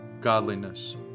godliness